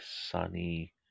sunny